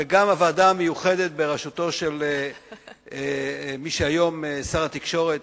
וגם הוועדה המיוחדת בראשות מי שהיום שר התקשורת,